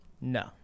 No